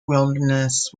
wilderness